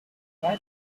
why